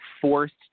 forced